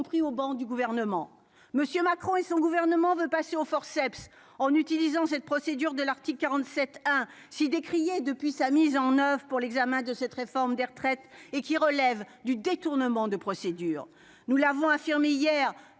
Macron et son gouvernement veut passer aux forceps en utilisant cette procédure de l'article 47 hein si décrié depuis sa mise en oeuvre pour l'examen de cette réforme des retraites et qui relève du détournement de procédure, nous l'avons affirmé hier